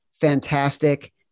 Fantastic